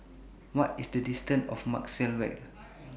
What IS The distance to Maxwell LINK